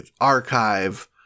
archive